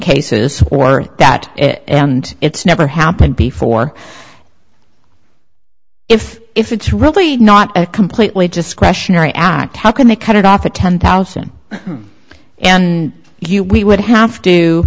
cases or that it's never happened before if if it's really not a completely discretionary act how can they cut it off a ten thousand and you would have to